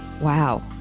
Wow